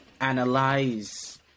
analyze